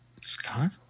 Scott